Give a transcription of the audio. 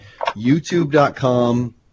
YouTube.com